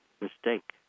mistake